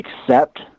accept